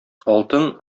алтын